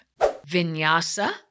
Vinyasa